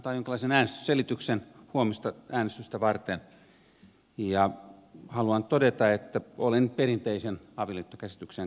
ajattelin antaa jonkinlaisen äänestysselityksen huomista äänestystä varten ja haluan todeta että olen perinteisen avioliittokäsityksen kannalla